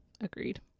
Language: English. agreed